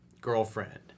girlfriend